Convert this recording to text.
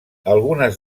algunes